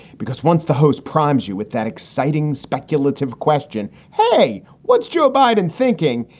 because once the host primes you with that exciting speculative question, hey, what's joe biden thinking?